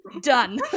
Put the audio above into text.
done